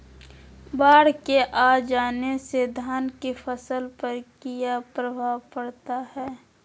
बाढ़ के आ जाने से धान की फसल पर किया प्रभाव पड़ता है?